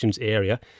area